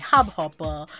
Hubhopper